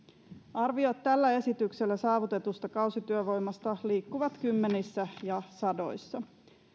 arviot tällä esityksellä saavutetusta kausityövoimasta liikkuvat kymmenissä ja sadoissa